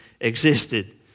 existed